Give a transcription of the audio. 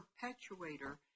perpetuator